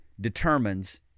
determines